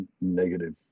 negative